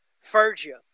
Phrygia